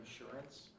insurance